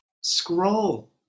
Scroll